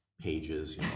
pages